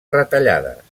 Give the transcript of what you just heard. retallades